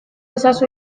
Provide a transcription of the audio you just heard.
ezazu